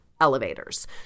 elevators